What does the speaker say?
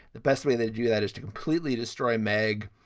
the best way they do that is to completely destroy magg.